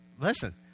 Listen